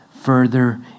further